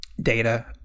data